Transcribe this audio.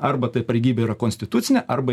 arba ta pareigybė yra konstitucinė arba